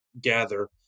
gather